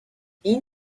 این